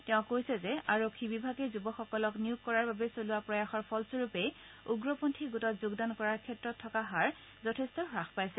তেওঁ কৈছে যে আৰক্ষী বিভাগে যুৱকসকলক নিয়োগ কৰাৰ বাবে চলোৱা প্ৰয়াসৰ ফলস্বৰূপেই উগ্ৰপন্থী গোটত যোগদান কৰাৰ ক্ষেত্ৰত থকা হাৰ যথেষ্ট হ্ৰাস পাইছে